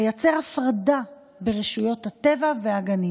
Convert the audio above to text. לייצר הפרדה ברשות הטבע והגנים,